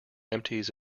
emptied